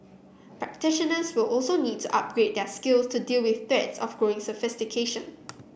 practitioners will also need to upgrade their skills to deal with threats of growing sophistication